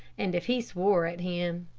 and if he swore at him.